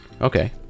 Okay